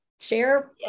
share